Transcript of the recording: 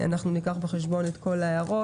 אנחנו ניקח בחשבון את כל ההערות,